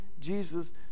Jesus